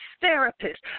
therapist